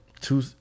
two